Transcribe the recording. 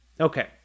Okay